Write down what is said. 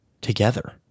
together